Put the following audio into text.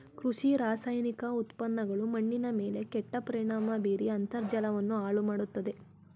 ಕೃಷಿ ರಾಸಾಯನಿಕ ಉತ್ಪನ್ನಗಳು ಮಣ್ಣಿನ ಮೇಲೆ ಕೆಟ್ಟ ಪರಿಣಾಮ ಬೀರಿ ಅಂತರ್ಜಲವನ್ನು ಹಾಳು ಮಾಡತ್ತದೆ